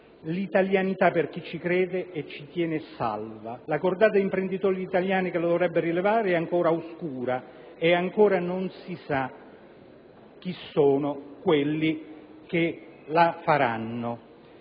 l'italianità, per chi ci crede e ci tiene, è salva. La cordata di imprenditori italiani che la dovrebbe rilevare è ancora oscura e ancora non si sa chi sono coloro che la costituiranno.